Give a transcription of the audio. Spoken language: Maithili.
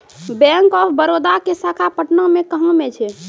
बैंक आफ बड़ौदा के शाखा पटना मे कहां मे छै?